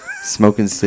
smoking